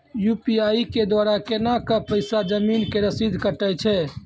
UPI के द्वारा केना कऽ पैसा जमीन के रसीद कटैय छै?